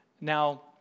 Now